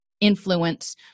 influence